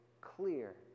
clear